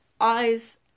eyes